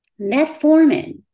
metformin